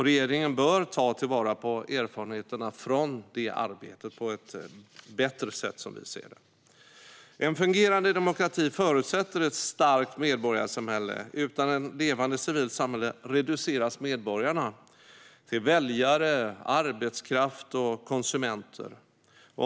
Regeringen bör ta vara på erfarenheterna från det arbetet på ett bättre sätt, som vi ser det. En fungerande demokrati förutsätter ett starkt medborgarsamhälle. Utan ett levande civilt samhälle reduceras medborgarna till väljare, arbetskraft och konsumenter.